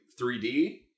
3d